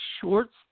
shorts